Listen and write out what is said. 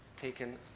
taken